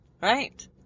Right